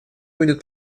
будет